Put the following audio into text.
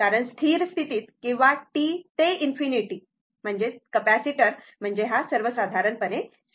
कारण स्थिर स्थितीत किंवा t ते ∞ कॅपेसिटर म्हणजे सर्वसाधारणपणे स्विच आहे